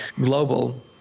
global